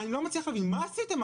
מוסדות חינוך?